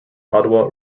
ottawa